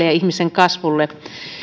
ja ihmisen kasvulle